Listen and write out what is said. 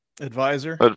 advisor